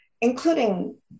including